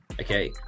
okay